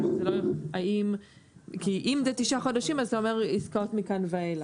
אם אלה תשעה חודשים, אתה אומר עסקאות מכאן ואילך.